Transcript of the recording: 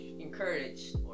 encouraged